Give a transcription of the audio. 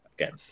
Again